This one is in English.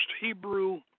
Hebrew